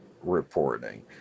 reporting